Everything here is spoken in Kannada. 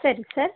ಸರಿ ಸರ್